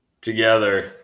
together